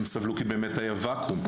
הן סבלו כי באמת היה ואקום.